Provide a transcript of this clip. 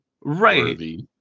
Right